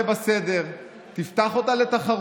התוכנית שלי תעשה בה סדר, תפתח אותה לתחרות,